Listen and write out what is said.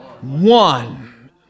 One